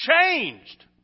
changed